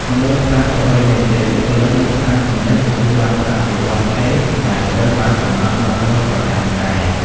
មិនដូចផ្សារប្រពៃណីទេ បុគ្គលិកនៅផ្សារទំនើបទទួលបានប្រាក់បៀវត្សរ៍ថេរដែលត្រូវបានកំណត់ច្បាស់លាស់ប្រចាំខែ។